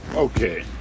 Okay